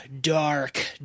dark